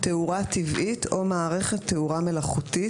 תאורה טבעית או מערכת תאורה מלאכותית,